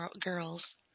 girls